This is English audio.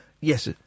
Yes